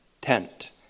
tent